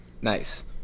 Nice